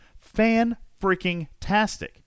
Fan-freaking-tastic